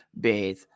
bathe